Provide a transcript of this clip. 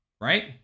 Right